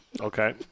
Okay